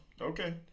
Okay